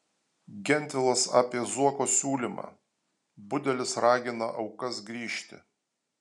gentvilas apie zuoko siūlymą budelis ragina aukas grįžti